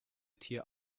tier